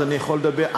אז אני יכול לדבר,